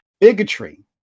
Bigotry